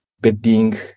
bedding